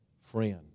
friend